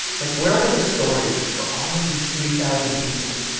like, where were the stories for all of these three thousand people?